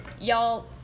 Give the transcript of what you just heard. y'all